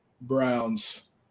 Browns